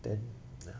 then